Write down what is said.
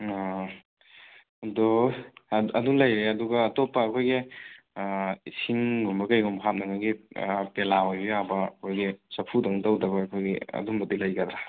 ꯑꯣ ꯑꯗꯨ ꯑꯗꯨ ꯂꯩꯔꯦ ꯑꯗꯨꯒ ꯑꯇꯣꯞꯄ ꯑꯩꯈꯣꯏꯒꯤ ꯏꯁꯤꯡꯒꯨꯝꯕ ꯀꯩꯒꯨꯝꯕ ꯍꯥꯞꯅꯕꯒꯤ ꯄꯦꯂꯥ ꯑꯣꯏꯕ ꯌꯥꯕ ꯑꯩꯈꯣꯏꯒꯤ ꯆꯥꯐꯨꯗꯧꯅ ꯇꯧꯗꯕ ꯑꯩꯈꯣꯏꯒꯤ ꯑꯗꯨꯝꯕꯗꯤ ꯂꯩꯒꯗ꯭ꯔꯥ